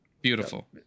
Beautiful